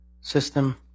system